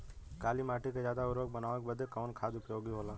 काली माटी के ज्यादा उर्वरक बनावे के बदे कवन खाद उपयोगी होला?